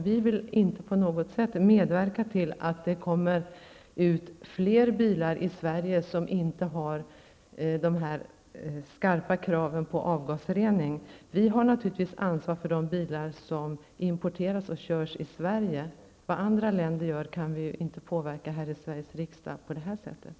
Vi vill inte på något sätt medverka till att det tillkommer fler bilar i Sverige på vilka dessa skarpa krav på avgasrening inte har ställts. Vi har naturligtvis ansvar för de bilar som importeras till och körs i Sverige. Vad andra länder gör kan ju inte vi påverka här i Sveriges riksdag.